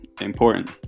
important